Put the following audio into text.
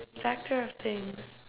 factor of things